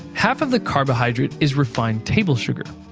half of the carbohydrate is refined table sugar,